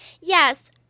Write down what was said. Yes